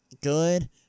good